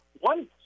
One